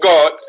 God